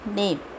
name